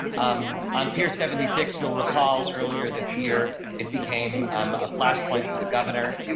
i'm on pier seventy six you'll recall earlier this year, it became um a flashpoint for the governor.